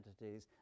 entities